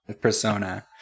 persona